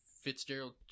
Fitzgerald